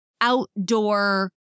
outdoor